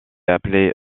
appelée